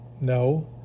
no